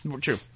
True